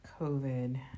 COVID